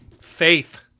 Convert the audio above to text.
faith